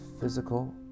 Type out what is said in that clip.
physical